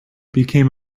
became